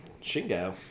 Shingo